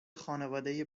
خانواده